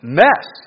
mess